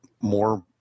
more